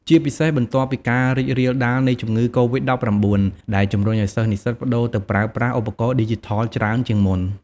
ជាពិសេស បន្ទាប់ពីការរីករាលដាលនៃជំងឺកូរីដ ១៩ ដែលជម្រុញឱ្យសិស្សនិស្សិតប្តូរទៅប្រើប្រាស់ឧបករណ៍ឌីជីថលច្រើនជាងមុន។